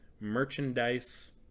merchandise